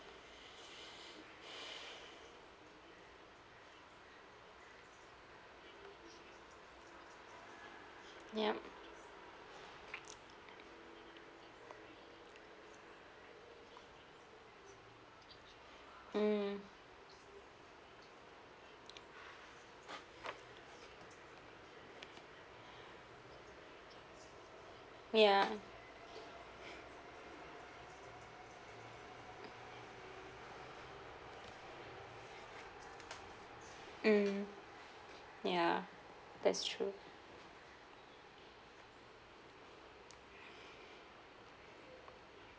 yup mm ya mm ya that's true